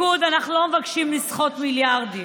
בליכוד אנחנו לא מבקשים לסחוט מיליארדים,